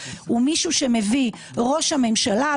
הוא מישהו שמביא ראש הממשלה,